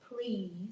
please